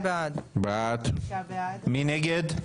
מי נגד?